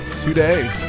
today